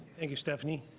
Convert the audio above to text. thank you, stephanie.